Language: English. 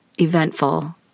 eventful